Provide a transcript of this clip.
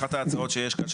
אחת ההצעות שיש כאן,